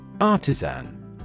Artisan